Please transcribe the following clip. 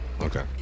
okay